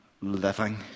living